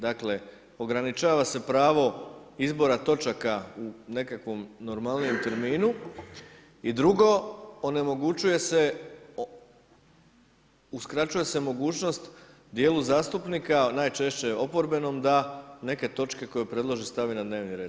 Dakle, ograničava se pravo izbora točaka u nekakvom normalnijem terminu i drugo, onemogućuje, uskraćuje se mogućnost djelu zastupnika, najčešće oporbenom da neke točke koje predloži stavi na dnevni red.